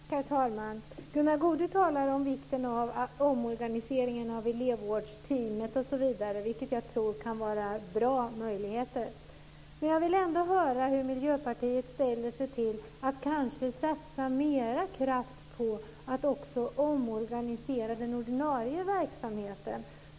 Herr talman! Gunnar Goude talar om vikten av omorganisering av elevvårdsteamet osv., som jag tror kan vara bra. Men jag vill ändå höra hur Miljöpartiet ställer sig till att satsa mera kraft på att också omorganisera den ordinarie verksamheten.